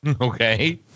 Okay